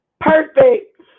Perfect